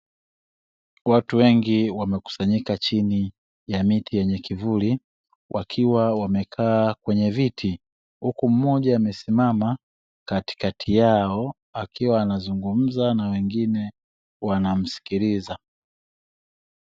Watu wengi wamekusanyika chini ya miti yenye kivuli wakiwa wamekaa kwenye viti. Huku mmoja amesimama katikati yao, akiwa anazungumza na wengine wanamskiliza.